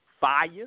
fire